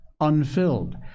unfilled